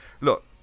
Look